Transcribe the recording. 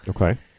Okay